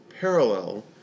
parallel